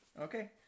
okay